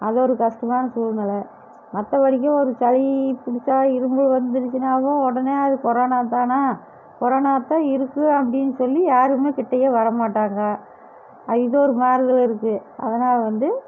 அது ஒரு கஷ்டமான சூழ்நிலை மற்றபடிக்கி ஒரு சளி புடிச்சால் இரும்ப வந்துருச்சினாவும் உடனே அது கொரோனா தானா கொரோனா தான் இருக்கும் அப்படீன்னு சொல்லி யாருமே கிட்டயே வர மாட்டாங்க இது ஒரு மாறுதல் இருக்கு அதனால் வந்து